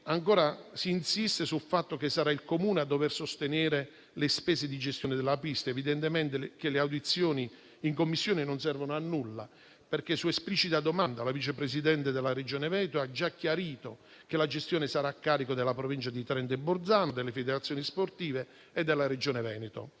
Ancora, si insiste sul fatto che sarà il Comune a dover sostenere le spese di gestione della pista. Evidentemente, le audizioni in Commissione non servono a nulla, perché, su esplicita domanda, la Vice Presidente della Regione Veneto ha già chiarito che la gestione sarà a carico della Provincia di Trento e Bolzano, delle federazioni sportive e della Regione Veneto.